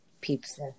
peeps